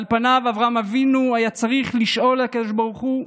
על פניו אברהם אבינו היה צריך לשאול את הקדוש ברוך הוא: